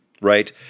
right